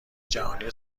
جهانی